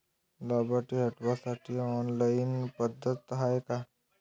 लाभार्थी हटवासाठी ऑनलाईन पद्धत हाय का?